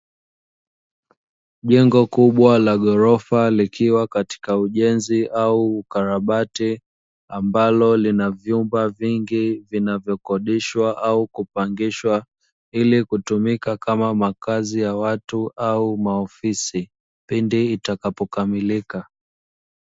Jengo kubwa la gorofa likiwa katika ujenzi au ukarabati ambalo lina vyumba vingi vinavyo kodishwa au kupangishwa, ili kutumika katika makazi ya watu au maofisi pindi itakapo kamilika.